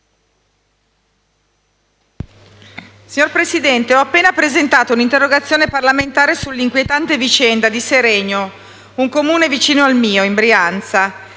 Signor Presidente, ho appena presentato un'interrogazione parlamentare sull'inquietante vicenda di Seregno, un Comune vicino al mio, in Brianza.